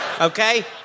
okay